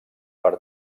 per